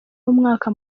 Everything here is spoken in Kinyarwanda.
w’umwaka